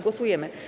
Głosujemy.